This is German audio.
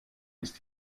ist